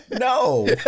no